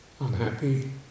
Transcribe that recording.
Unhappy